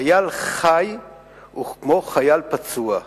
חייל חי הוא כמו חייל פצוע,